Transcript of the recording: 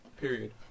period